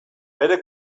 bere